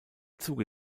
zuge